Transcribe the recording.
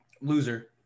loser